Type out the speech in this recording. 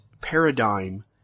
paradigm